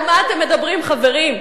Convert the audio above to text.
על מה אתם מדברים, חברים?